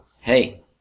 hey